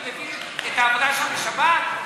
אני מבין את העבודה שלהם בשבת?